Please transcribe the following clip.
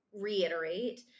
reiterate